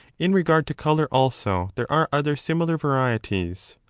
in regard to colour also there are other similar varieties.